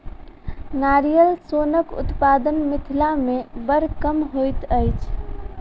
नारियल सोनक उत्पादन मिथिला मे बड़ कम होइत अछि